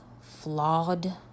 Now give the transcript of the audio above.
flawed